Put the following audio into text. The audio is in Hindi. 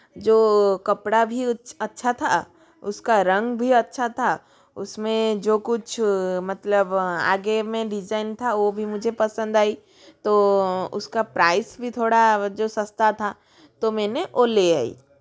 जो कपड़ा भी अच्छा था उसका रंग भी अच्छा था उसमें जो कुछ मतलब आगे में डिज़ाइन था वो भी मुझे पसंद आई तो उसका प्राइस भी थोड़ा जो सस्ता था तो मैंने ओ ले आई